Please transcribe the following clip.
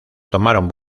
tomaron